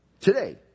today